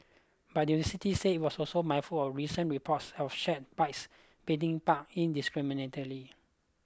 but the university said it was also mindful of recent reports of shared bikes being parked indiscriminately